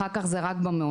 אחר כך זה רק במעונות,